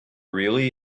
really